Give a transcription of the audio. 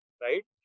Right